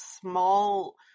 small